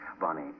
Bonnie